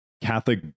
Catholic